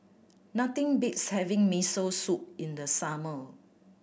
nothing beats having Miso Soup in the summer